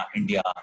India